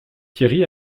thierry